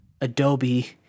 Adobe